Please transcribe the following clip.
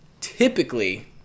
typically